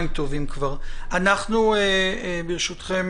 אנחנו ברשותכם,